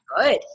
good